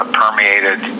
permeated